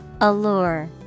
Allure